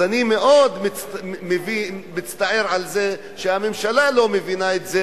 אז אני מאוד מצטער על זה שהממשלה לא מבינה את זה